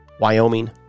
Wyoming